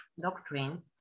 Doctrine